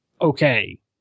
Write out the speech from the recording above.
okay